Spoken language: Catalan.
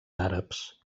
àrabs